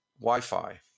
Wi-Fi